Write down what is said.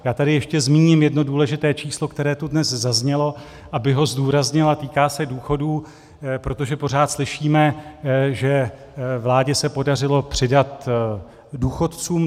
Já tady ještě zmíním jedno důležité číslo, které tu dnes zaznělo, abych ho zdůraznil, a týká se důchodů, protože pořád slyšíme, že vládě se podařilo přidat důchodcům.